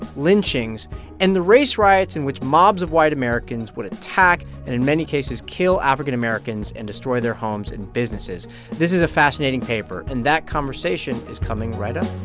lynchings and the race riots in which mobs of white americans would attack and, in many cases, kill african-americans and destroy their homes and businesses this is a fascinating paper. and that conversation is coming right up